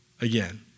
again